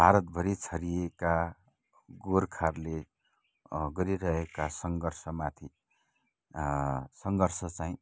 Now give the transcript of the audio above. भारतभरि छरिएका गोर्खाहरूले गरिरहेका सङ्घर्षमाथि सङ्घर्ष चाहिँ